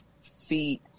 feet